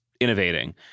innovating